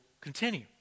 continue